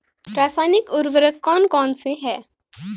रासायनिक उर्वरक कौन कौनसे हैं?